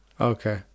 Okay